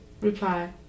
Reply